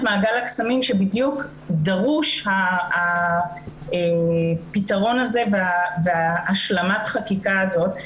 מעגל הקסמים שבדיוק דרוש הפתרון הזה והשלמת החקיקה הזאת,